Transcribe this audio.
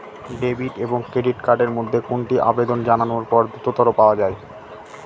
Debit এবং credit card এর মধ্যে কোনটি আবেদন জানানোর পর দ্রুততর পাওয়া য়ায়?